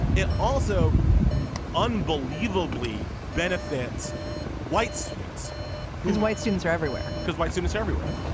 it also unbelievably benefits white students whose white students are everywhere because white students everywhere.